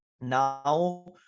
Now